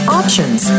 options